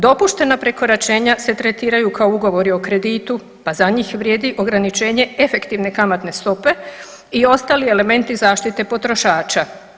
Dopuštena prekoračenja se tretiraju kao ugovori o kreditu, pa za njih vrijedi ograničenje efektivne kamatne stope i ostali elementi zaštite potrošača.